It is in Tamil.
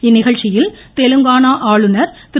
இந்நிகழ்ச்சியில் தெலுங்கான ஆளுநர் திரு